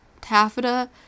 taffeta